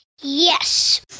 Yes